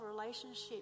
relationship